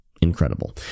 incredible